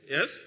Yes